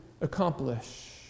accomplish